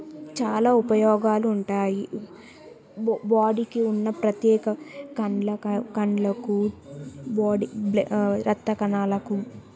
చాలా ఉపయోగాలు ఉంటాయి బో బాడీకి ఉన్న ప్రత్యేక కళ్ళకు కళ్ళకు బోడీ బ్ల రక్త కణాలకు